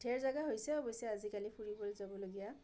ঢেৰ জেগা হৈছে অৱশ্যে আজিকালি ফুৰিবলৈ যাবলগীয়া